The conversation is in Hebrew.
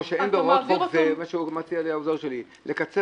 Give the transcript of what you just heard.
ש "אין בהוראות חוק זה..." מה שמציע לי העוזר שלי - "...לקצר